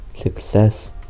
success